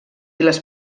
les